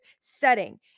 setting